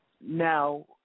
now